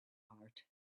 heart